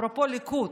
אפרופו ליכוד,